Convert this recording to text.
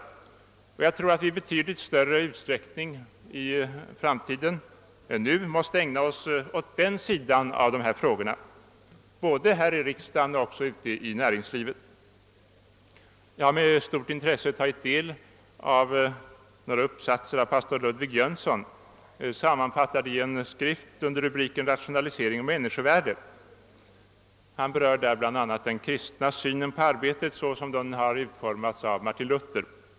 Jag tror att vi i framtiden i betydligt större utsträckning måste ägna oss åt dessa frågor — både här i riksdagen och inom näringslivet. Jag har med stort intresse tagit del av några uppsatser av pastor Ludvig Jönsson, sammanfattade i en skrift under rubriken »Rationalisering och människovärde». Där berör han bl.a. den kristna synen på arbetet sådan den utformats av Martin Luther.